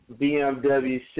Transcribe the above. BMW